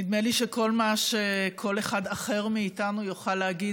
נדמה לי שכל מה שכל אחד אחר מאיתנו יוכל להגיד